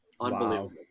Unbelievable